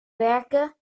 werken